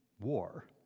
war